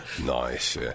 nice